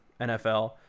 NFL